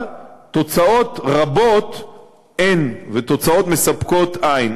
אבל תוצאות רבות אין, ותוצאות מספקות אין.